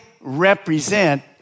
represent